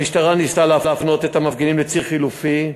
המשטרה ניסתה להפנות את המפגינים לציר חלופי,